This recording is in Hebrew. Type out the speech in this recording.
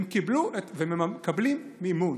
הם קיבלו ומקבלים מימון.